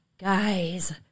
guys